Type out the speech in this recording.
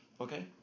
okay